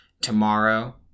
tomorrow